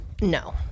no